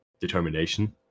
determination